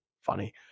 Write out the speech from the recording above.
funny